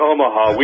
Omaha